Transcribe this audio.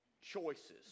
choices